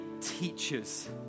teachers